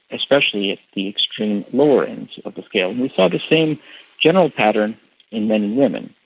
especially at the extreme lower ends of the scale. we saw the same general pattern in men and women.